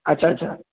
আচ্ছা আচ্ছা